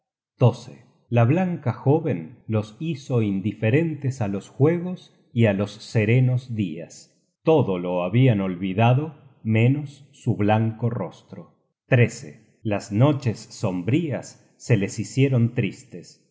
daño la blanca jóven los hizo indiferentes á los juegos y á los serenos dias todo lo habian olvidado menos su blanco rostro las noches sombrías se les hicieron tristes